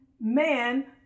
man